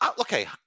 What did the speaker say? Okay